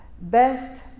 Best